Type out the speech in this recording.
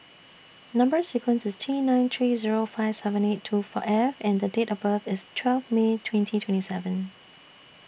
Number sequence IS T nine three Zero five seven eight two F and Date of birth IS twelve May twenty twenty seven